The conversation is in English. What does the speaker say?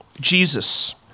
Jesus